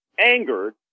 angered